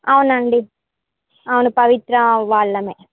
అవునండి అవును పవిత్ర వాళ్ళమే